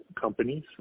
companies